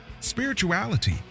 spirituality